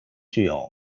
具有